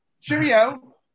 cheerio